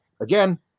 again